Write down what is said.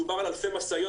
מדובר על אלפי משאיות